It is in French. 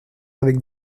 avec